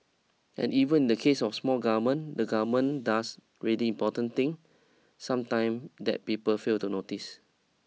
and even in the case of small government the government does really important things sometimes that people fail to notice